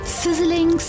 sizzling